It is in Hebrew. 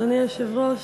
אדוני היושב-ראש,